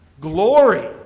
glory